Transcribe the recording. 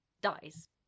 dies